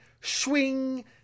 swing